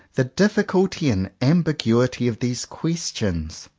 the difficulty and ambiguity of these ques tions!